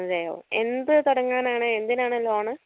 അതെ എന്ത് തുടങ്ങാനാണ് എന്തിനാണ് ലോണ്